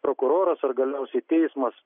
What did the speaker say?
prokuroras ar galiausiai teismas